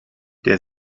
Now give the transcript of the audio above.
der